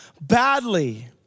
badly